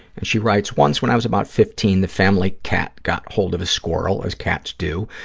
and she writes, once when i was about fifteen the family cat got hold of a squirrel, as cats do.